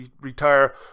retire